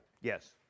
yes